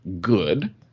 good